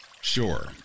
Sure